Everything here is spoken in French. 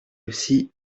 aussi